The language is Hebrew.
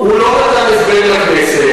הוא לא נתן הסבר לכנסת.